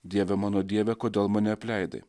dieve mano dieve kodėl mane apleidai